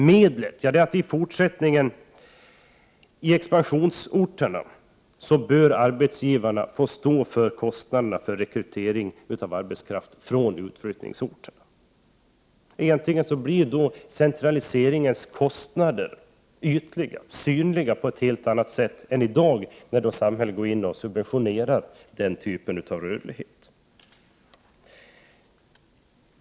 Medlet är att i fortsättningen låta arbetsgivarna i expansionsorterna stå för kostnaderna för rekrytering av arbetskraften från utflyttningsorterna. Egentligen blir då centraliseringens kostnader synliga på ett helt annat sätt än nu när samhället går in och subventionerar den typen av rörlighet.